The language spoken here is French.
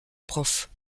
prof